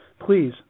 please